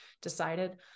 decided